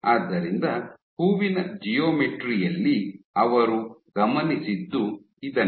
ಆದ್ದರಿಂದ ಹೂವಿನ ಜಿಯೋಮೆಟ್ರಿ ಯಲ್ಲಿ ಅವರು ಗಮನಿಸಿದ್ದು ಇದನ್ನೇ